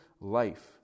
life